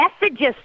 messages